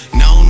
no